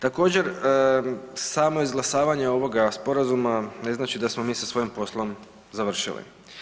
Također samo izglasavanje ovoga sporazuma ne znači da smo mi sa svojim poslom završili.